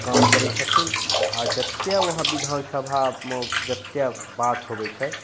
काम करै छथिन आओर जतेक वहाँ विधानसभामे जतेक बात होबै छै